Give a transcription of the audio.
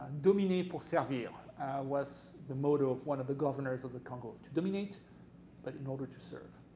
dominer pour servir was the motto of one of the governors of the congo, to dominate but in order to serve.